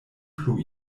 plu